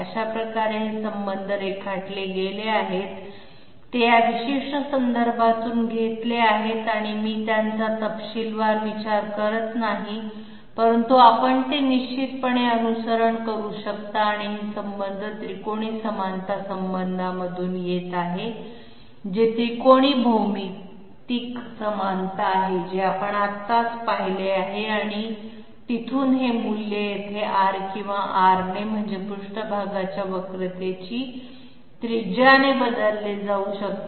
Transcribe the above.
अशा प्रकारे हे संबंध रेखाटले गेले आहेत ते या विशिष्ट संदर्भातून घेतले आहेत आणि मी त्यांचा तपशीलवार विचार करत नाही परंतु आपण ते निश्चितपणे अनुसरण करू शकता आणि हे संबंध त्रिकोणी समानता संबंधांमधून येत आहे जे त्रिकोणी भौमितिक समानता आहे जे आपण आत्ताच पाहिले आहे आणि तिथून हे मूल्य येथे r किंवा R ने म्हणजे पृष्ठभागाच्या वक्रतेची त्रिज्या ने बदलले जाऊ शकते